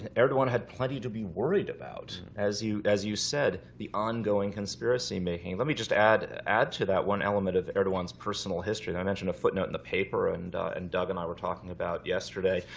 erdogan had plenty to be worried about. as you as you said, the ongoing conspiracy making. let me just add add to that one element of erdogan's personal history. and i mentioned a footnote in the paper and and doug and i were talking about yesterday.